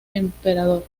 emperador